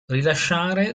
rilasciare